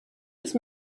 ist